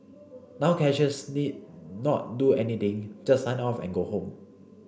now cashiers need not do anything just sign off and go home